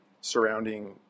surrounding